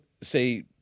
say